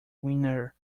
winner